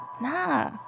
Nah